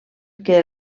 que